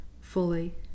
fully